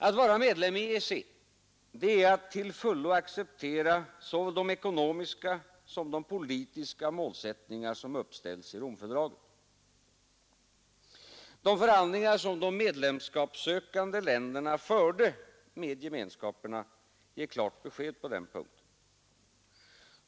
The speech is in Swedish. Att vara medlem i EEC är att till fullo acceptera såväl de ekonomiska som de politiska målsättningar som uppställts i Romfördraget. De förhandlingar som de medlemskapssökande länderna förde med gemenskaperna ger klart besked på den punkten.